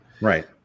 Right